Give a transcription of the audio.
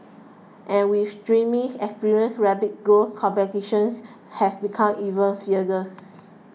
and with streaming experience rapid growth competitions has become even fiercer